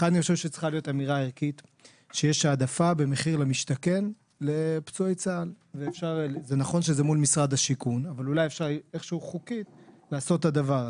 כדאי שתסכמו את ההתייחסות לדברים שעלו.